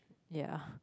ya